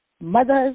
Mothers